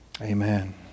Amen